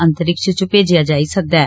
अंतरिक्ष च भेजेआ जाई सकदा ऐ